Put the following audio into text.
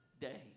day